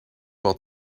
while